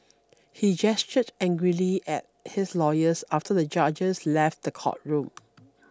he gestured angrily at his lawyers after the judges left the courtroom